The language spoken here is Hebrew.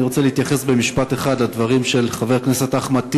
אני רוצה להתייחס במשפט אחד לדברים של חבר הכנסת אחמד טיבי.